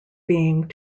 being